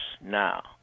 now